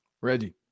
Ready